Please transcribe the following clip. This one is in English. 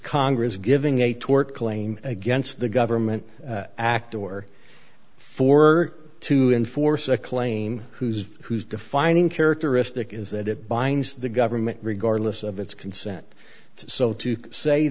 congress giving a tort claim against the government act or for to enforce a claim whose whose defining characteristic is that it binds the government regardless of its consent so to say